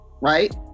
right